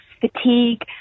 fatigue